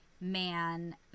man